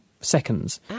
seconds